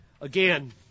again